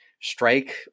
strike